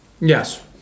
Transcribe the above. Yes